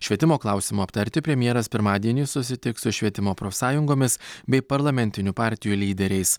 švietimo klausimų aptarti premjeras pirmadienį susitiks su švietimo profsąjungomis bei parlamentinių partijų lyderiais